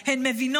הן מבינות,